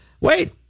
wait